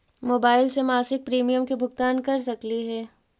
Mobile से मासिक premium के भुगतान कर सकली हे?